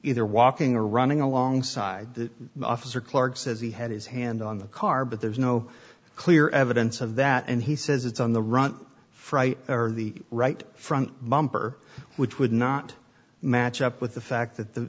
either walking or running alongside the officer clark says he had his hand on the car but there's no clear evidence of that and he says it's on the run fry or the right front bumper which would not match up with the fact that the